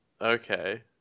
okay